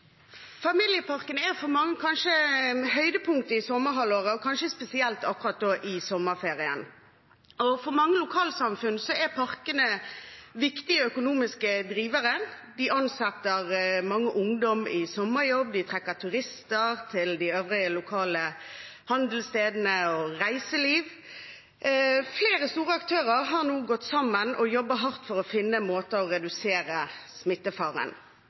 Familieparkene er for mange kanskje høydepunktet i sommerhalvåret, og kanskje spesielt akkurat i sommerferien. For mange lokalsamfunn er parkene viktige økonomiske drivere. De ansetter mange ungdommer i sommerjobb, de trekker turister til de øvrige lokale handelsstedene og reiseliv. Flere store aktører har nå gått sammen og jobber hardt for å finne måter å redusere smittefaren